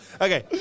Okay